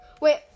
Wait